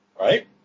Right